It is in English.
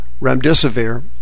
remdesivir